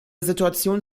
situation